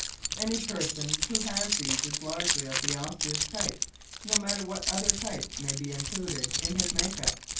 any person who has these is largely of the osseous type no matter what other types may be included in his makeup.